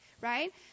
right